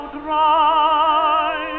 dry